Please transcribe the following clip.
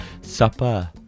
Supper